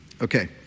Okay